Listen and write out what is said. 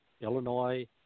Illinois